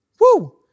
Woo